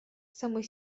самый